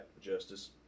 justice